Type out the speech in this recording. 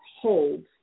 holds